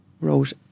wrote